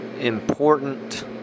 important